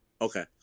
Okay